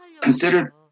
considered